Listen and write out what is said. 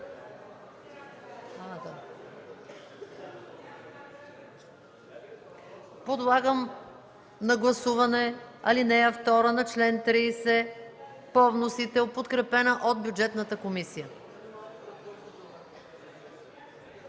Подлагам на гласуване ал. 2 на чл. 30 по вносител, подкрепена от Бюджетната комисия.